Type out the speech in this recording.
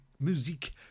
musique